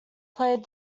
played